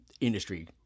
industry